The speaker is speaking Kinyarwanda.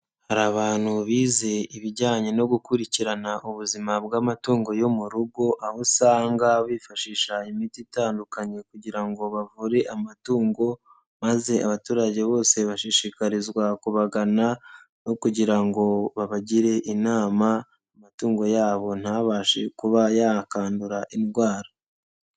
Hari abantu bize ibijyanye no gukurikirana ubuzima bw'amatungo yo mu rugo, aho usanga bifashisha imiti itandukanye kugira ngo bavure amatungo maze abaturage bose bashishikarizwa kubagana no kugira ngo babagire inama, amatungo yabo ntabashe kuba yakandura indwara.